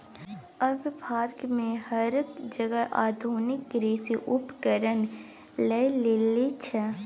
आब फार आ हरक जगह आधुनिक कृषि उपकरण लए लेने छै